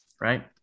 right